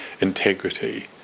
integrity